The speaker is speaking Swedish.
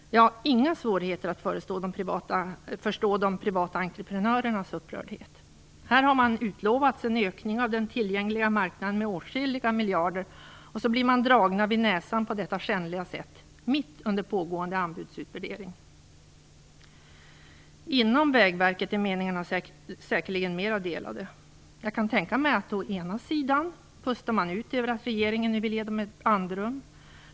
Jag har inga svårigheter att förstå de privata entreprenörernas upprördhet. Här har man utlovats en ökning av den tillgängliga marknaden med åtskilliga miljarder, och så blir man dragen vid näsan på detta skändliga sätt, mitt under pågående anbudsutvärdering. Inom Vägverket är meningarna säkerligen mera delade. Jag kan tänka mig att man å ena sidan pustar ut över att regeringen nu vill ge ett andrum.